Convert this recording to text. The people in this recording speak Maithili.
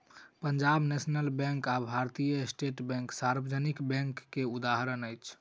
पंजाब नेशनल बैंक आ भारतीय स्टेट बैंक सार्वजनिक बैंक के उदाहरण अछि